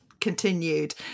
continued